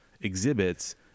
exhibits